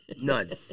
none